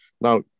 Now